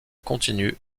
continue